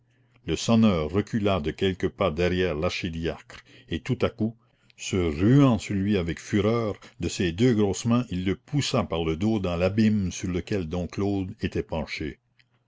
le sonneur recula de quelques pas derrière l'archidiacre et tout à coup se ruant sur lui avec fureur de ses deux grosses mains il le poussa par le dos dans l'abîme sur lequel dom claude était penché